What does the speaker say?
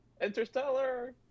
Interstellar